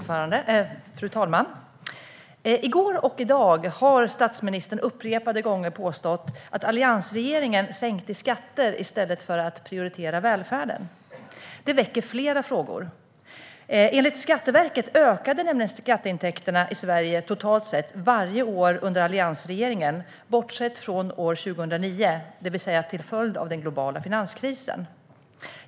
Fru talman! I går och i dag har statsministern upprepade gånger påstått att alliansregeringen sänkte skatter i stället för att prioritera välfärden. Detta väcker flera frågor. Enligt Skatteverket ökade nämligen skatteintäkterna i Sverige totalt sett varje år under alliansregeringen, bortsett från år 2009, det vill säga till följd av den globala finanskrisen.